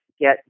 get